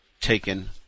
taken